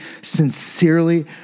sincerely